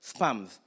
spams